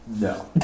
No